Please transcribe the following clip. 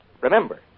Remember